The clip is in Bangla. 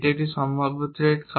এটি একটি সম্ভাব্য থ্রেড